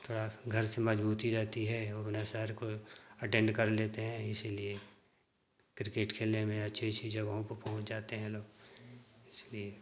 थोड़ा संघर्ष मजबूती रहती है को एटेण्ड कर लेते हैं इसलिए किर्केट खेलने में अच्छी अच्छी जगहों पर पहुंच जाते हैं लोग इसलिए